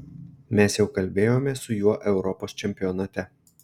mes jau kalbėjome su juo europos čempionate